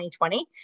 2020